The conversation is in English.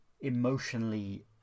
emotionally